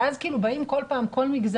ואז כל פעם כל מגזר,